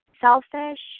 selfish